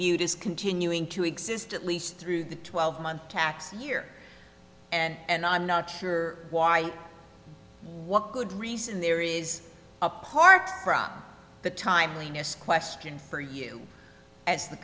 viewed as continuing to exist at least through the twelve month tax year and i'm not sure why what good reason there is apart from the timeliness question for you as the